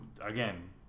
again